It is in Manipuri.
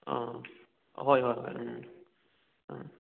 ꯑꯥ ꯍꯣꯏ ꯍꯣꯏ ꯍꯣꯏ ꯎꯝ ꯎꯝ